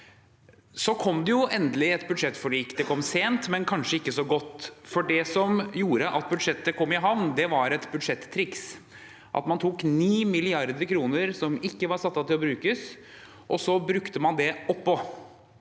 2024 2023 endelig et budsjettforlik. Det kom sent, men kanskje ikke så godt, for det som gjorde at budsjettet kom i havn, var et budsjettriks. Man tok 9 mrd. kr som ikke var satt av til å brukes, og så brukte man det oppå.